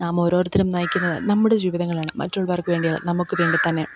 നാം ഓരോരുത്തരും നയിക്കുന്നത് നമ്മുടെ ജീവിതങ്ങളാണ് മറ്റുള്ളവർക്ക് വേണ്ടിയല്ല നമുക്ക് വേണ്ടി തന്നെ